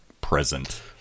present